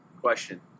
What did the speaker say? Question